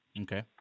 okay